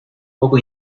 poco